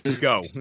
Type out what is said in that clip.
go